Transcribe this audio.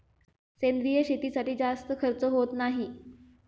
सेंद्रिय शेतीसाठी जास्त खर्च होत नाही